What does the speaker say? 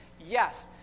Yes